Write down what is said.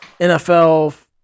NFL